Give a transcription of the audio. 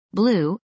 blue